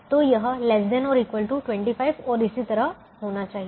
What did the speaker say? तो यह ≤ 25 और इसी तरह होना चाहिए